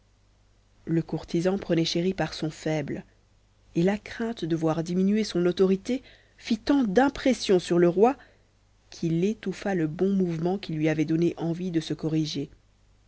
le courtisan prenait chéri par son faible et la crainte de voir diminuer son autorité fit tant d'impression sur le roi qu'il étouffa le bon mouvement qui lui avait donné envie de se corriger